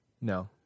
No